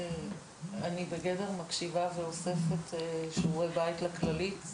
אני בגדר מקשיבה ואוספת שיעורי בית לכללית,